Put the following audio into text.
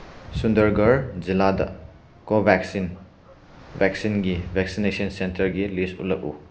ꯁꯨꯟꯗꯔꯒꯔ ꯖꯤꯂꯥꯗ ꯀꯣꯚꯦꯛꯁꯤꯟ ꯚꯦꯛꯁꯏꯟꯒꯤ ꯚꯦꯛꯁꯤꯅꯦꯁꯟ ꯁꯦꯟꯇꯔꯒꯤ ꯂꯤꯁ ꯎꯠꯂꯛꯎ